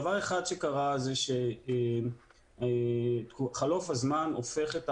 דבר אחד שקרה, חלוף הזמן הופך את